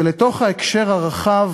ולתוך ההקשר הרחב,